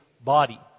body